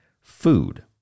food